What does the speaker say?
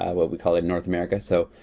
what we call in north america. so,